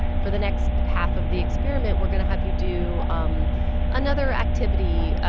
for the next half of the experiment, we're going to have you do um another activity,